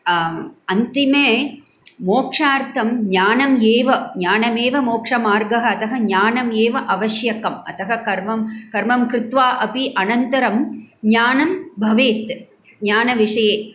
अन्तिमे मोक्षार्थं ज्ञानम् एव ज्ञानमेव मोक्षमार्गः अतः ज्ञानम् एव आवश्यकम् अतः कर्मं कर्मं कृत्वा अपि अनन्तरं ज्ञानं भवेत् ज्ञानविषये